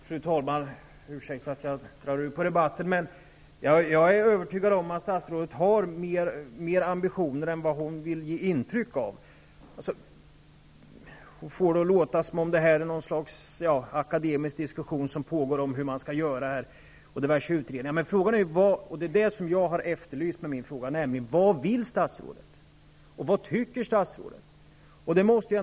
Fru talman! Ursäkta att jag drar ut på debatten, men jag är övertygad om att statsrådet har större ambitioner än vad hon vill ge intryck av. Hon får det att låta som om det här är något slags akademisk diskussion om hur man skall utföra diverse utredningar. Frågan är -- det är vad jag har efterlyst -- vad statsrådet vill. Vad tycker statsrådet i denna fråga?